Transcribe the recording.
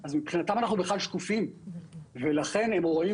אז מבחינתם אנחנו בכלל שקופים ולכן הם רואים